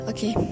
Okay